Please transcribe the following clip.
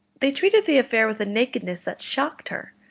they treated the affair with a nakedness that shocked her.